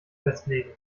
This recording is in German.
festlegen